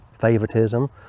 favoritism